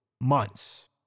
months